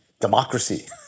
democracy